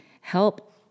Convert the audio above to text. Help